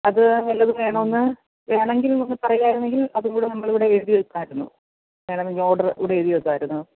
അത് വല്ലതും വേണോയെന്ന് വേണമെങ്കിൽ ഒന്ന് പറയുകയായിരുന്നെങ്കിൽ അതും കൂടെ നമ്മളിവിടെ എഴുതി വെയ്ക്കാമായിരുന്നു വേണമെങ്കിൽ ഓർഡർ ഇവിടെ എഴുതി വെയ്ക്കാമായിരുന്നു